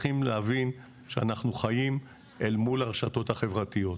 צריכים להבין שאנחנו חיים אל מול הרשתות החברתיות.